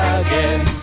again